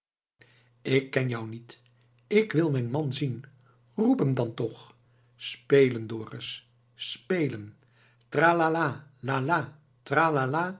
ik ken jou niet k wil mijn man zien roep hem dan toch spelen dorus spelen tralalala